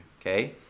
okay